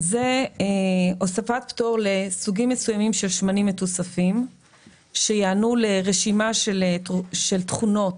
הוספת פטור לסוגים מסוימים של שמנים מְתוֹסָפים שיענו לרשימה של תכונות,